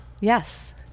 yes